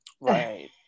Right